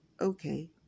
Okay